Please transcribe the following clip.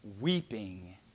weeping